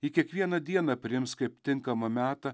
ji kiekvieną dieną priims kaip tinkamą metą